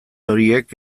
horiek